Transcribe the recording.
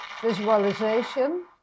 visualization